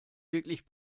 wirklich